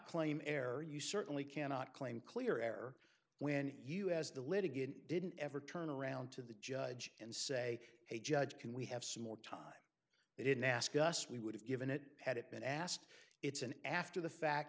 claim error you certainly cannot claim clear error when you as the litigant didn't ever turn around to the judge and say hey judge can we have some more time they didn't ask us we would have given it had it been asked it's an after the fact